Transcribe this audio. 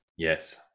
Yes